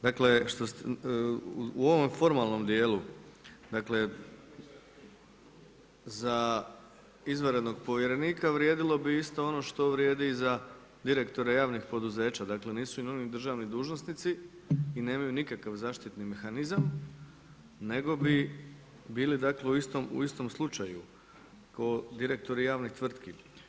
Dakle u ovom formalnom dijelu za izvanrednog povjerenika vrijedilo bi isto ono što vrijedi i za direktore javnih poduzeća, dakle nisu ni oni državni dužnosnici i nemaju nikakav zaštitni mehanizam, nego bi bili u istom slučaju ko direktori javnih tvrtki.